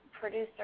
producer